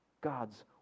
God's